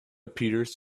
peters